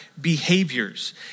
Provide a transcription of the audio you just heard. behaviors